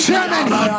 Germany